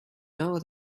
know